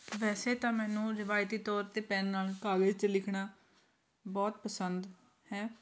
ਵੈਸੇ ਤਾਂ ਮੈਨੂੰ ਰਵਾਇਤੀ ਤੌਰ 'ਤੇ ਪੈੱਨ ਨਾਲ ਕਾਗਜ਼ 'ਚ ਲਿਖਣਾ ਬਹੁਤ ਪਸੰਦ ਹੈ